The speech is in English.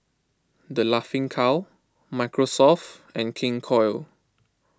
the Laughing Cow Microsoft and King Koil